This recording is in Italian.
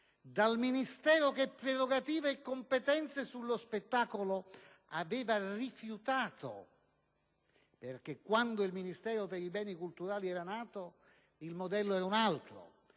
rifiutato prerogative e competenze sullo spettacolo, perché quando il Ministero per i beni culturali era nato il modello era un altro.